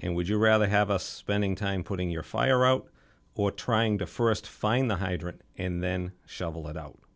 and would you rather have us spending time putting your fire out or trying to st find the hydrant and then shovel it out